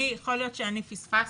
יכול להיות שפספסתי